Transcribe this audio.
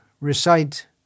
recite